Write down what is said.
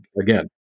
again